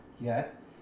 yet